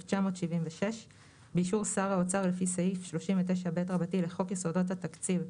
התשל"ו-1976 באישור שר האוצר לפי סעיף 39ב רבתי לחוק יסודות התקציב,